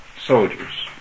soldiers